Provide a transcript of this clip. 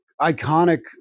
iconic